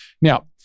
Now